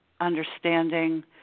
understanding